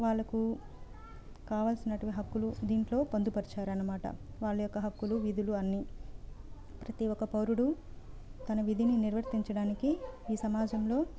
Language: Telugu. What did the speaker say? వాళ్ళకు కావలసిన హక్కులు దీంట్లో పొందు పరిచారన్నమాట వాళ్ళ యొక్క హక్కులు విధులు అన్నీ ప్రతి ఒక్క పౌరుడు తన విధిని నిర్వర్తించడానికి ఈ సమాజంలో